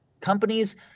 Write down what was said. Companies